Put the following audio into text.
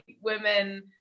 women